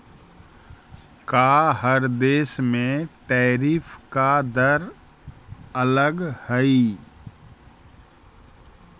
का हर देश में टैरिफ का दर अलग हई